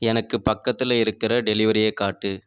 எனக்கு பக்கத்தில் இருக்கிற டெலிவரியை காட்டு